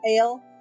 ale